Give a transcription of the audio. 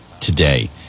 today